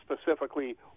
specifically